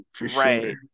right